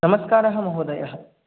नमस्कारः महोदय